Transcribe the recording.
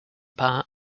part